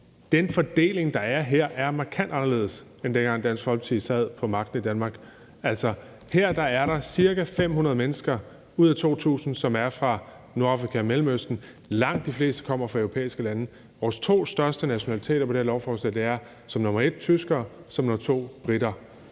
den fordeling, der er her, er markant anderledes, end dengang Dansk Folkeparti sad på magten i Danmark. Her er der ca. 500 mennesker ud af 2.000, som er fra Nordafrika og Mellemøsten. Langt de fleste kommer fra europæiske lande. Vores to største nationaliteter på det her lovforslag er som nummer et tyskere og som nummer to briter.